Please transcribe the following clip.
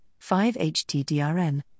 5-HTDRN